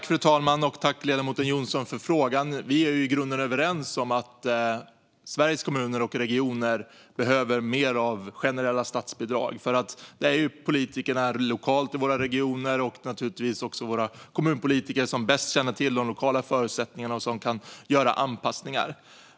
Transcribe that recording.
Fru talman! Tack, ledamoten Jonsson, för frågan! Vi är i grunden överens om att Sveriges kommuner och regioner behöver mer av generella statsbidrag. Det är politikerna lokalt i våra regioner och naturligtvis också våra kommunpolitiker som bäst känner till de lokala förutsättningarna och kan göra anpassningar.